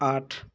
आठ